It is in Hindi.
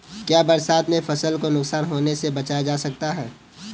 क्या बरसात में फसल को नुकसान होने से बचाया जा सकता है?